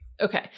Okay